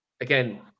Again